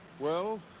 well,